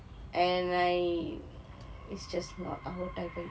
and I it's just not our type of